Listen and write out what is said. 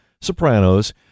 Sopranos